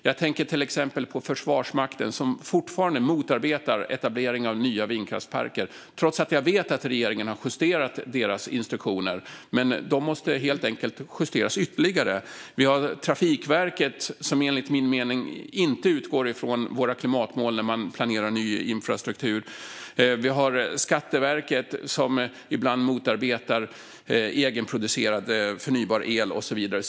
Jag tänker till exempel på Försvarsmakten som fortfarande motverkar etableringen av nya vindkraftsparker trots att jag vet att regeringen har justerat deras instruktioner. De måste helt enkelt justeras ytterligare. Trafikverket utgår enligt min mening inte från våra klimatmål när man planerar ny infrastruktur. Skatteverket motarbetar ibland egenproducerad förnybar el och så vidare.